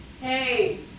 hey